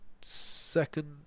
second